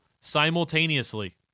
simultaneously